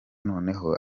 noneho